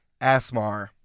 Asmar